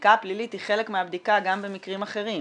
הבדיקה הפלילית היא חלק מהבדיקה גם במקרים אחרים.